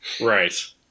Right